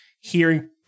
hearing